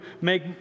make